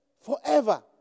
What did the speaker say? forever